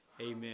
Amen